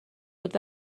بود